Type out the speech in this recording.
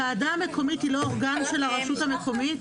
הוועדה המקומית היא לא אורגן של הרשות המקומית?